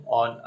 on